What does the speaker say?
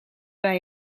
bij